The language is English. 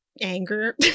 anger